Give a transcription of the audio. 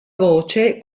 voce